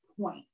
point